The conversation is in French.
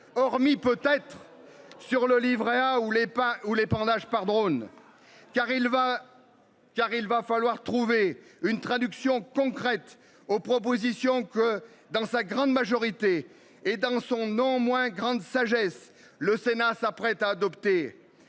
hormis peut-être sur le Livret A ou les peint ou l'épandage par drônes car il va. Car il va falloir trouver une traduction concrète aux propositions que dans sa grande majorité, et dans son non moins grande sagesse, le Sénat s'apprête à adopter.